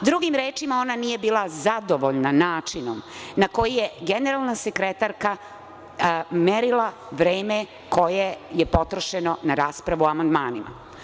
Drugim rečima, ona nije bila zadovoljna načinom na koji je generalna sekretarka merila vreme koje je potrošeno na raspravu o amandmanima.